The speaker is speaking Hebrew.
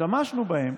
השתמשנו בהם